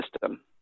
system